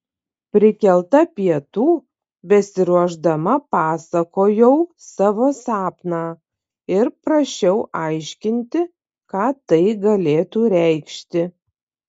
prikelta pietų besiruošdama pasakojau savo sapną ir prašiau aiškinti ką tai galėtų reikšti